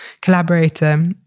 collaborator